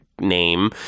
name